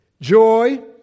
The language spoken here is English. joy